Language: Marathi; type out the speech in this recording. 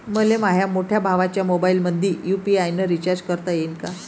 मले माह्या मोठ्या भावाच्या मोबाईलमंदी यू.पी.आय न रिचार्ज करता येईन का?